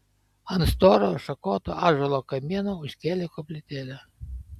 ant storo šakoto ąžuolo kamieno užkėlė koplytėlę